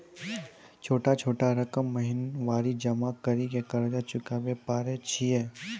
छोटा छोटा रकम महीनवारी जमा करि के कर्जा चुकाबै परए छियै?